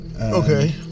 Okay